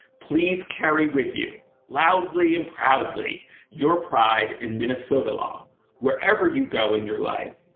please carry with you loudly and proudly your pride in minnesota law wherever you go in your life,